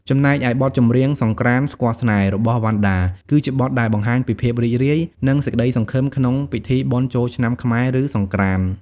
ចំណែកឯបទចម្រៀង សង្រ្កាន្តស្គាល់ស្នេហ៍ របស់វណ្ណដា គឺជាបទដែលបង្ហាញពីភាពរីករាយ និងសេចក្តីសង្ឃឹមក្នុងពិធីបុណ្យចូលឆ្នាំខ្មែរ ឬ សង្រ្កាន្ត។